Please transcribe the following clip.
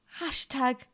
Hashtag